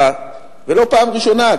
ולא פעם ראשונה.